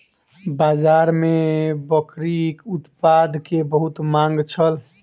बाजार में बकरीक उत्पाद के बहुत मांग छल